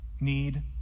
need